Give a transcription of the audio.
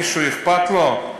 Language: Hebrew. מישהו אכפת לו?